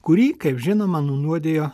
kurį kaip žinoma nunuodijo